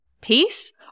peace